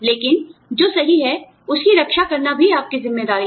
लेकिन जो सही है उसकी रक्षा करना भी आपकी ज़िम्मेदारी है